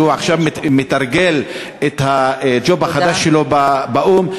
שעכשיו מתרגל את הג'וב החדש שלו באו"ם,